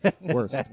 Worst